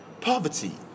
poverty